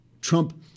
Trump